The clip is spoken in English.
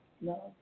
No